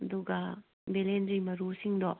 ꯑꯗꯨꯒ ꯕꯦꯂꯦꯟꯗꯔꯤ ꯃꯔꯨꯁꯤꯡꯗꯣ